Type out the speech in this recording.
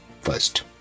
First